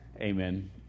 Amen